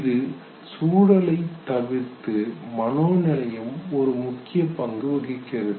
இது சூழலை தவிர்த்து மனோநிலையும் ஒரு முக்கிய பங்கு வகிக்கிறது